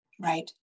Right